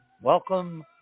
Welcome